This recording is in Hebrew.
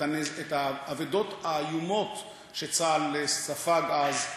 את האבדות האיומות שצה"ל ספג אז,